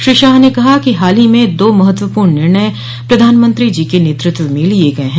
श्री शाह ने कहा कि हाल ही में दो महत्वपूर्ण निर्णय प्रधानमंत्री जी के नेतृत्व में लिये गये हैं